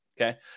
Okay